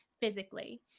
physically